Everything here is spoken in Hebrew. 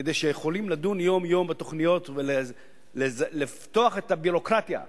כדי שיוכלו לדון יום-יום בתוכניות ולפתוח את הביורוקרטיה.